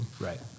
Right